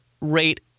rate